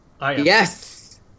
Yes